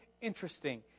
interesting